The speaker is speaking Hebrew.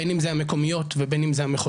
בין אם זה המקומיות ובין אם זה המחוזיות,